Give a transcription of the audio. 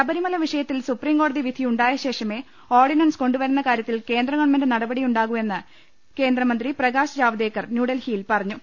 ശബരിമല വിഷയത്തിൽ സുപ്രീംകോടതി വിധി ഉണ്ടായ ശേഷമേ ഓർഡിനൻസ് കൊണ്ടുവരുന്ന കാര്യ ത്തിൽ കേന്ദ്രഗവൺമെന്റ് നടപടിയുണ്ടാകൂ എന്ന് കേന്ദ്ര മന്ത്രി പ്രകാശ് ജാവ്ദേക്കർ നൃൂഡൽഹിയിൽ പറഞ്ഞു